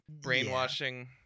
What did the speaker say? brainwashing